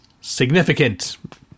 significant